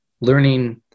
learning